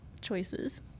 choices